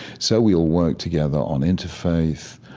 so we will work together on interfaith,